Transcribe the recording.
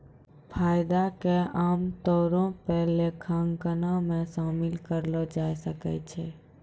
फायदा के आमतौरो पे लेखांकनो मे शामिल करलो जाय सकै छै